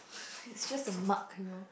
ugh it's just a mug you know